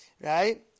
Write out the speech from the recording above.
right